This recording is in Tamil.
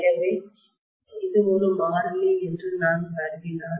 எனவே இது ஒரு மாறிலி என்று நான் கருதினால்